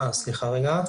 זאת אומרת מוציאים הודעות,